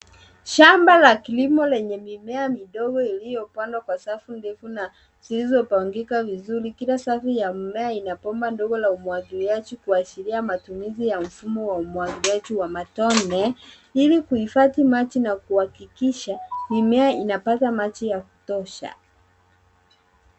Shamba la kilimo lenye mimea midogo iliyopandwa kwa safu ndefu na zilizopangika vizuri Kila safu ya mimea ina bomba ndogo ya umwagiliaji kuashiria matumizi ya mfumo wa umwagiliaji wa matone ili kuhifadhi maji na kuhakikisha mimea imepata maji ya kutosha.